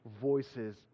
voices